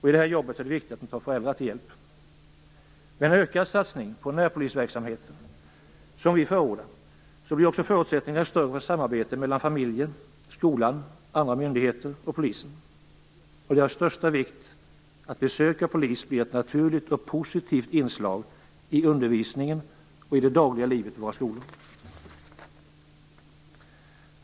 I detta arbete är det viktigt att de tar föräldrarna till hjälp. Med den ökade satsning på närpolisverksamhet som vi förordar, blir också förutsättningarna bättre för samarbete mellan familj, skola, polis och andra myndigheter. Det är av största vikt att besök av polis blir ett naturligt och positivt inslag i undervisningen och i det dagliga livet på våra skolor.